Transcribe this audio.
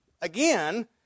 Again